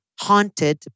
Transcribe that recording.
haunted